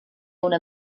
una